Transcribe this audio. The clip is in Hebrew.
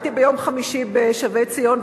הייתי ביום חמישי בשבי-ציון,